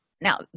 Now